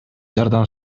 жардам